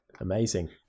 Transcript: amazing